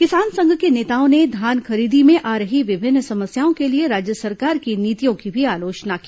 किसान संघ के नेताओं ने धान खरीदी में आ रही विभिन्न समस्याओं के लिए राज्य सरकार की नीतियों की भी आलोचना की